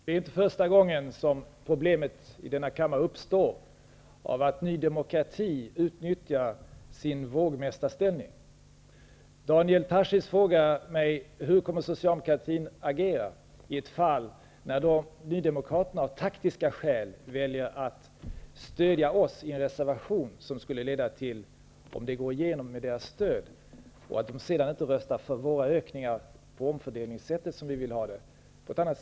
Fru talman! Det är inte första gången i denna kammare som det uppstår problem genom att Ny demokrati utnyttjar sin vågmästarställning. Daniel Tarschys frågar mig hur socialdemokratin kommer att agera i ett fall när Nydemokraterna av taktiska skäl väljer att stödja oss och vår reservation, och den reservationen vinner med deras stöd, och de sedan inte skulle rösta på våra förslag till ökningar eller andra sätt att göra omfördelningar.